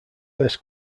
best